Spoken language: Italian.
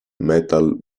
metal